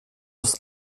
aus